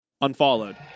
Unfollowed